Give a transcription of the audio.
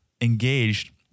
engaged